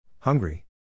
Hungry